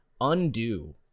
undo